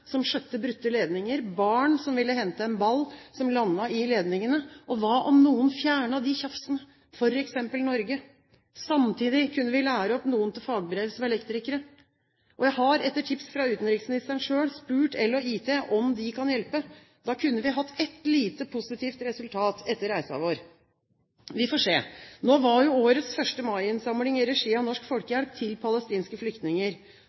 som skjøtte brutte ledninger, barn som ville hente en ball som landet i ledningene. Hva om noen fjernet de tjafsene, f.eks. Norge? Samtidig kunne vi lære opp noen til elektrikere med fagbrev. Jeg har etter tips fra utenriksministeren selv spurt EL & IT om de kan hjelpe. Da kunne vi fått ett lite, positivt resultat etter reisen vår – vi får se. Nå var jo årets 1. mai-innsamling i regi av Norsk Folkehjelp til palestinske flyktninger.